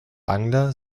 angler